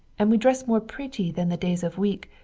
and we dress more pretty than the days of week,